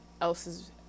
else's